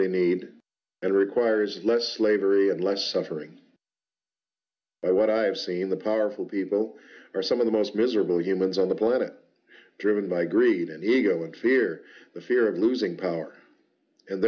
they need and requires less slavery and less suffering what i've seen the powerful people are some of the most miserable humans on the planet driven by greed and ego and fear the fear of losing power and